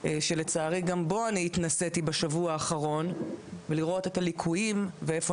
שלצערי גם בו אני התנסיתי בשבוע האחרון ולראות את הליקויים ואיפה